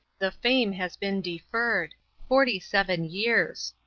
the fame has been deferred forty-seven years!